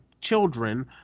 children